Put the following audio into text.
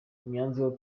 imyanzuro